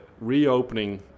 reopening